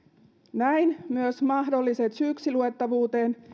näin myös mahdolliset syyksiluettavuuteen